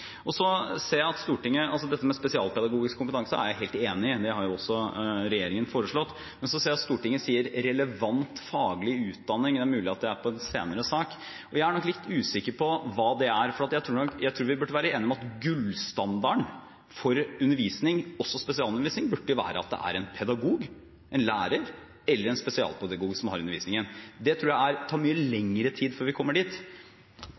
Men så ser jeg at Stortinget snakker om relevant faglig utdanning – det er mulig at det er i en senere sak – og jeg er litt usikker på hva det er. Jeg tror vi bør være enige om at gullstandarden for undervisning, også for spesialundervisning, burde være at det er en pedagog – en lærer eller en spesialpedagog – som har undervisningen. Jeg tror det tar mye lengre tid før vi kommer dit.